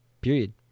period